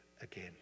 again